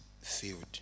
field